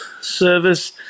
service